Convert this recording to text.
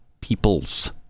peoples